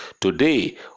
Today